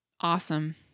Awesome